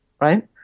Right